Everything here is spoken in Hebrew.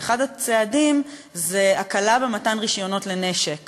ואחד הצעדים הוא הקלה במתן רישיונות נשק